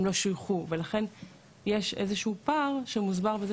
הם לא שויכו ולכן יש איזשהו פער שמוסבר בזה